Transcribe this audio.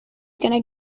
going